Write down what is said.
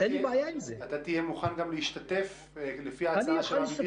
תהיה גם מוכן להשתתף, לפי ההצעה של אבי דיכטר?